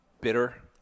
bitter